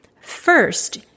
First